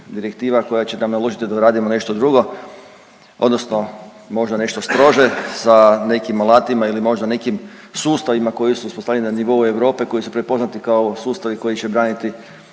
direktiva koja će nam naložiti da radimo nešto drugo odnosno možda nešto strože sa nekim alatima ili možda nekim sustavima koji su uspostavljeni na nivou Europe koji su prepoznati kao sustavi koji će braniti